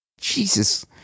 Jesus